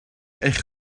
eich